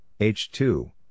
H2